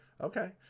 okay